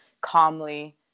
calmly